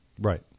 Right